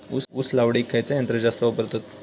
ऊस लावडीक खयचा यंत्र जास्त वापरतत?